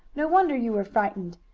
no wonder you were frightened.